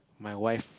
my wife